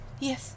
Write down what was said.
Yes